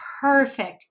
perfect